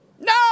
No